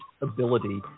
ability